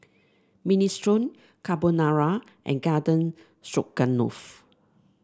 Minestrone Carbonara and Garden Stroganoff